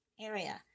area